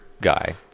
guy